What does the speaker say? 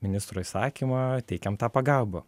ministro įsakymą teikiam tą pagalbą